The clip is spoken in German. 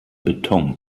beton